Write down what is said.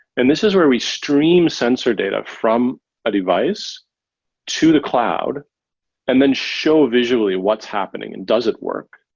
and this is where we stream sensor data from a device to the cloud and then show visually what's happening, and does it work,